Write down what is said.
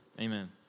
Amen